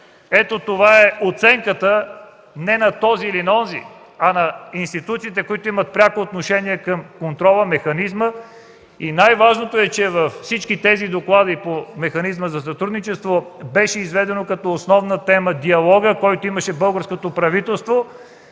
Това е оценката не на този или на онзи, а на институциите, които имат пряко отношение към контрола, механизма и най-важното, че във всички тези доклади по Механизма за сътрудничество като основна тема беше изведен диалогът, който имаше българското правителство